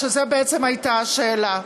שזו בעצם הייתה השאלה.